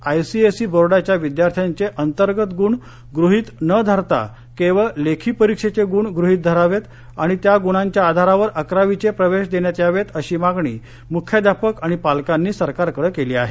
ICSE बोर्डाच्या विद्यार्थ्यांचे अंतर्गत गण गृहित न धरता केवळ लेखी परीक्षेचे गण गृहित धरावेत आणि त्या गूणांच्या आधारावर अकरावीचे प्रवेश देण्यात यावेत अशी मागणी मुख्याध्यापक आणि पालकांनी सरकार कडे केली आहे